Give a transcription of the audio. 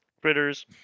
critters